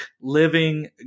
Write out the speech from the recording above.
living